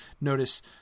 notice